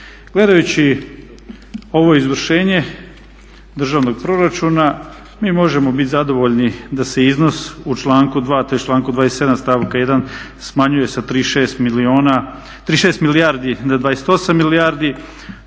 Gledajući ovo izvršenje državnog proračuna mi možemo biti zadovoljni da se u iznos u članku 2. tj. članku 27. stavku 1. smanjuje sa 36 milijardi na 28 milijardi.